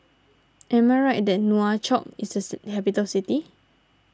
am I right that Nouakchott is a capital city